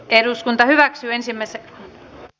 eduskunta hyväksyy ensimmäiset e